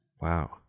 wow